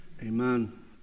Amen